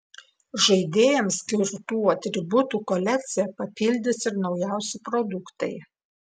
žaidėjams skirtų atributų kolekciją papildys ir naujausi produktai